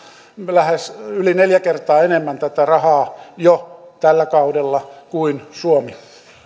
yli neljä kertaa enemmän tätä rahaa jo tällä kaudella kuin suomi